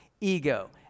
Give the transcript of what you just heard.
ego